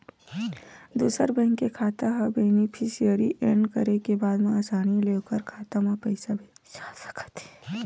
दूसर बेंक के खाता ह बेनिफिसियरी एड करे के बाद म असानी ले ओखर खाता म पइसा भेजे जा सकत हे